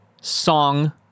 song